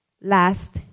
Last